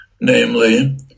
namely